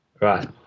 Right